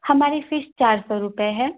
हमारी फ़ीस चार सौ रुपए है